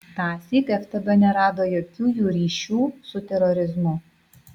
tąsyk ftb nerado jokių jų ryšių su terorizmu